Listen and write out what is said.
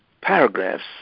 paragraphs